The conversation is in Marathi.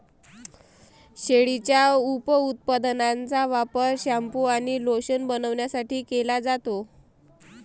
शेळीच्या उपउत्पादनांचा वापर शॅम्पू आणि लोशन बनवण्यासाठी केला जातो